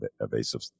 evasive